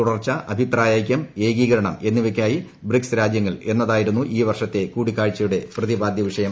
തുടർച്ച അഭിപ്രായഐക്യം ഏകീകരണം എന്നിവയ്ക്കായി ബ്രിക്സ് രാജൃങ്ങൾ എന്നതായിരുന്നു ഈ വർഷത്തെ കൂടിക്കാഴ്ചയുടെ പ്രതിപാദ്യ വിഷയം